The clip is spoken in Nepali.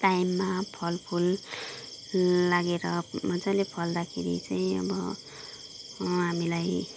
टाइममा फलफुल लागेर मजाले फल्दाखेरि चाहिँ अब हामीलाई